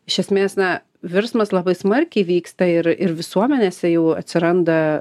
iš esmės na virsmas labai smarkiai vyksta ir ir visuomenėse jau atsiranda